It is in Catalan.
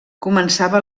començava